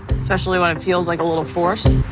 especially when it feels like a little forced.